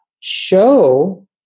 show